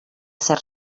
ser